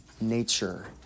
nature